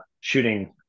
shooting